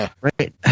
right